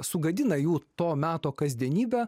sugadina jų to meto kasdienybę